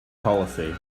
policy